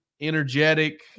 energetic